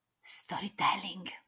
Storytelling